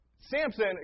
Samson